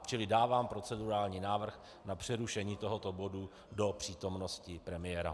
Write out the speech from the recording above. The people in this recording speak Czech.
Čili dávám procedurální návrh na přerušení tohoto bodu do přítomnosti premiéra.